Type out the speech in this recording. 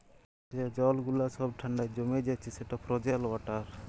যে জল গুলা ছব ঠাল্ডায় জমে যাচ্ছে সেট ফ্রজেল ওয়াটার